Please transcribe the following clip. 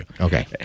Okay